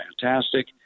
fantastic